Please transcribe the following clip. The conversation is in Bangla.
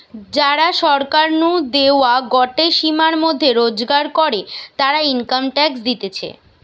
যারা সরকার নু দেওয়া গটে সীমার মধ্যে রোজগার করে, তারা ইনকাম ট্যাক্স দিতেছে